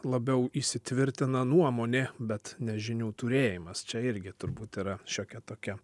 labiau įsitvirtina nuomonė bet ne žinių turėjimas čia irgi turbūt yra šiokia tokia